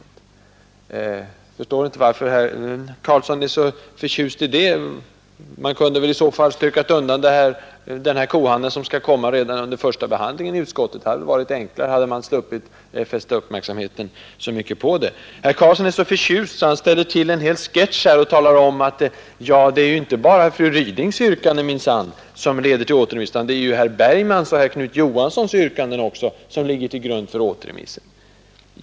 Jag förstår inte varför herr Karlsson är så förtjust över det; man kunde väl i så fall ha stökat undan den kohandel, som nu skall komma, under den första behandlingen av ärendet i utskottet — det hade varit enklare och då hade man sluppit fästa uppmärksamheten så mycket på den. Herr Karlsson är så förtjust att han ställer till med en hel sketch här och talar om, att det minsann inte bara är fru Rydings yrkande som leder till återremiss, utan det är också herr Bergmans och herr Knut Johanssons yrkanden som ligger till grund för återremissen.